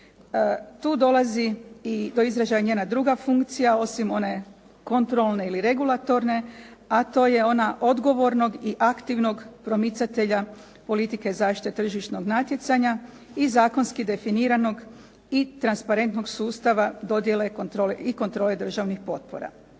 Tu dolazi i do izražaja njena druga funkcija osim one kontrolne ili regulatorne a to je ona odgovornog i aktivnog promicatelja politike zaštite tržišnog natjecanja i zakonski definiranog i transparentnog sustava dodjele kontrole i kontrole državnih potpora.